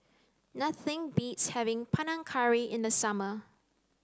nothing beats having Panang Curry in the summer